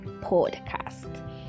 podcast